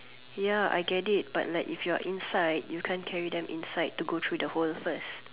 ya I get it but like if you are inside you can't carry them inside to go through the hole first